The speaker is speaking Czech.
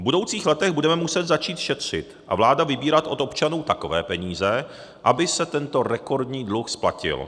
V budoucích letech budeme muset začít šetřit a vláda vybírat od občanů takové peníze, aby se tento rekordní dluh splatil.